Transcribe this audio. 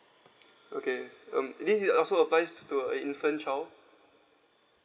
okay um this is also applies to a infant child